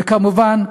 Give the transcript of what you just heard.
וכמובן,